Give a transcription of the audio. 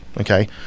Okay